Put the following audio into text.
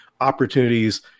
opportunities